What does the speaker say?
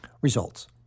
Results